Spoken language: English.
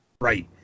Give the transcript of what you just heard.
Right